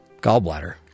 gallbladder